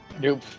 Nope